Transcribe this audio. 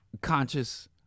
conscious